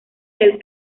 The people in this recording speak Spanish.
del